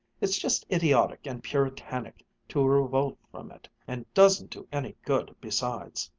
it's just idiotic and puritanic to revolt from it and doesn't do any good besides!